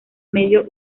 medio